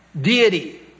deity